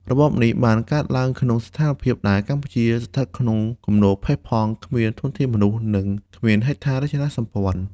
របបនេះបានកើតឡើងក្នុងស្ថានភាពដែលកម្ពុជាស្ថិតក្នុងគំនរផេះផង់ គ្មានធនធានមនុស្ស និងគ្មានហេដ្ឋារចនាសម្ព័ន្ធ។